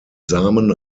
samen